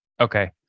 Okay